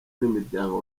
n’imiryango